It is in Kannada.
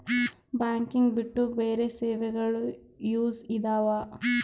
ಬ್ಯಾಂಕಿಂಗ್ ಬಿಟ್ಟು ಬೇರೆ ಸೇವೆಗಳು ಯೂಸ್ ಇದಾವ?